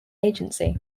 agency